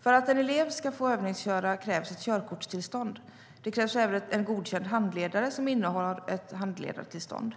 För att en elev ska få övningsköra krävs ett körkortstillstånd. Det krävs även en godkänd handledare som innehar ett handledartillstånd.